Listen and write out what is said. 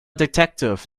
detective